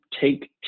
take